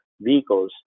vehicles